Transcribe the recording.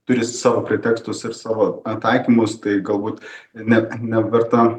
turi savo pretekstus ir savo atsakymus tai galbūt net neverta